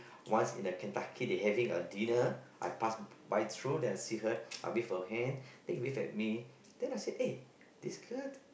once in a Kentucky they having a dinner I pass by through then I see her I wave her hand then he wave at me then I say eh this girl